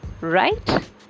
right